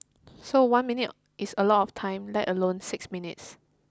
so one minute is a lot of time let alone six minutes